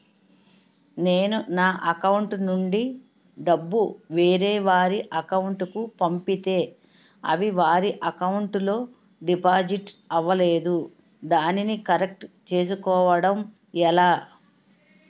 నేను నా అకౌంట్ నుండి డబ్బు వేరే వారి అకౌంట్ కు పంపితే అవి వారి అకౌంట్ లొ డిపాజిట్ అవలేదు దానిని కరెక్ట్ చేసుకోవడం ఎలా?